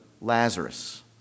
Lazarus